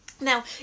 Now